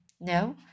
No